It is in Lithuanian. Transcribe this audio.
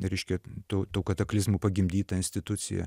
reiškia tų tų kataklizmų pagimdyta institucija